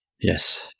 Yes